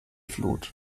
flut